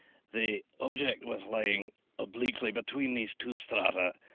the object was lying obliquely between these two strata,